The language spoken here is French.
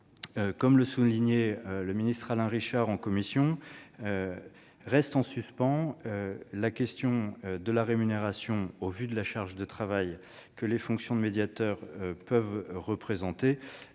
comme le soulignait le ministre Alain Richard en commission, reste en suspens la question de la rémunération au vu de la charge de travail que les fonctions de médiateur peuvent représenter.